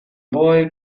boy